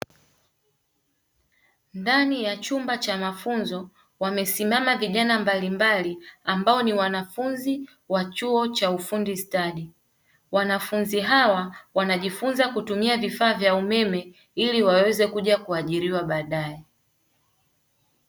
Ndani ya chumba cha mafunzo wamesimama vijana mbalimbali ambao ni wanafunzi wa chuo cha ufundi stadi .Wanafunzi hawa wanajifunza kutumia vifaa vya umeme ili waweze kuja kuajiriwa baadae.